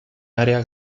área